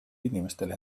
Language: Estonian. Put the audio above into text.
inimestel